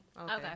Okay